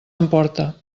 emporta